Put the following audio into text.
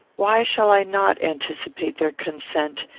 why shall i not anticipate their consent,